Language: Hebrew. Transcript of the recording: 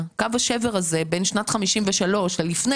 בקשר לקו השבר הזה של שנת 53'. זה משהו